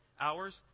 hours